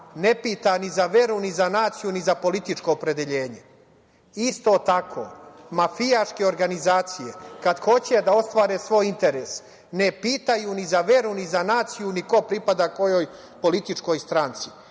ne pita ni za veru, ni za naciju, ni za političko opredeljenje. Isto tako mafijaške organizacije kad hoće da ostvare svoj interes ne pitaju ni za veru, ni za naciju, ni ko pripada kojoj političkoj stranci. Zato